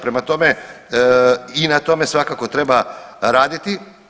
Prema tome i na tome svakako treba raditi.